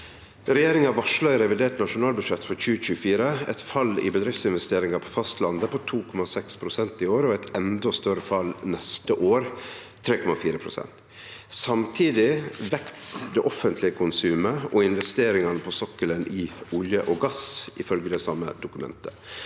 «Regjeringa vars- lar i revidert nasjonalbudsjett for 2024 eit fall i bedriftsinvesteringar på fastlandet på 2,6 pst. i år, og eit endå større fall neste år (3,4 pst.). Samtidig veks det offentlege konsumet og investeringane på sokkelen i olje og gass. Kva trur statsråden er